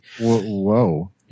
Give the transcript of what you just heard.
Whoa